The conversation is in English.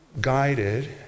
guided